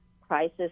crisis